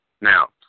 Now